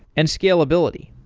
and scalability.